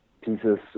pieces